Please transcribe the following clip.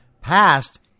passed